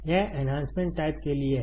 यह enhancement type के लिए है